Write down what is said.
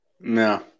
no